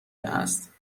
است